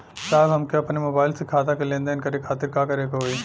साहब हमके अपने मोबाइल से खाता के लेनदेन करे खातिर का करे के होई?